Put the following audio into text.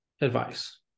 advice